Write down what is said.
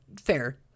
Fair